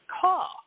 call